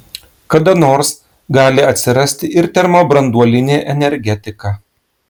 kada nors gali atsirasti ir termobranduolinė energetika